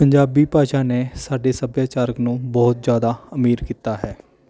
ਪੰਜਾਬੀ ਭਾਸ਼ਾ ਨੇ ਸਾਡੇ ਸੱਭਿਆਚਾਰਕ ਨੂੰ ਬਹੁਤ ਜ਼ਿਆਦਾ ਅਮੀਰ ਕੀਤਾ ਹੈ